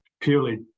purely